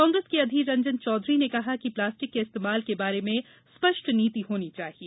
कांग्रेस के अधीर रंजन चौधरी ने कहा कि प्लास्टिक के इस्तेमाल के बारे में स्पष्ट नीति होनी चाहिए